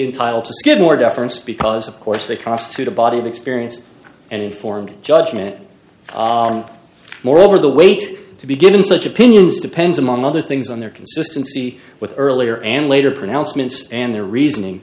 entitle to skidmore deference because of course they cross through the body of experience and informed judgment moreover the wait to be given such opinions depends among other things on their consistency with earlier and later pronouncements and their reasoning